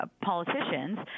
politicians